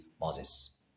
Moses